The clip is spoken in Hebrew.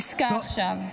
עסקה עכשיו.